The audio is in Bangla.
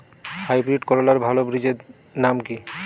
হাইব্রিড করলার ভালো বীজের নাম কি?